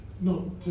No